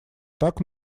так